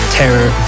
terror